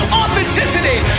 authenticity